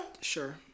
Sure